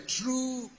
true